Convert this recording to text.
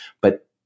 but-